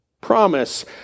promise